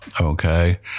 okay